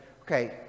okay